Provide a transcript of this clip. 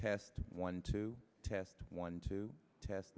test one to test one to test